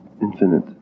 infinite